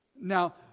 Now